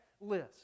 list